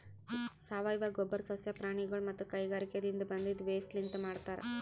ಸಾವಯವ ಗೊಬ್ಬರ್ ಸಸ್ಯ ಪ್ರಾಣಿಗೊಳ್ ಮತ್ತ್ ಕೈಗಾರಿಕಾದಿನ್ದ ಬಂದಿದ್ ವೇಸ್ಟ್ ಲಿಂತ್ ಮಾಡಿರ್ತರ್